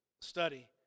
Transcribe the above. study